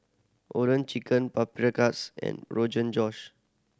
Oden Chicken Paprikas and Josh